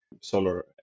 solar